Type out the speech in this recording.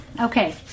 Okay